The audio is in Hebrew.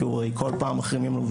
כי כל פעם מחרימים לו,